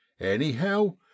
anyhow